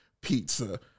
pizza